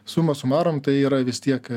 suma sumarum tai yra vis tiek